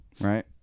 right